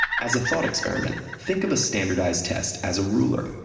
as a thought experiment, think of a standardized test as a ruler.